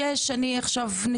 לא עשינו את זה מאחורי הגב,